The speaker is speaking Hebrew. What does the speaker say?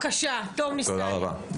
תודה רבה.